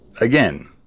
Again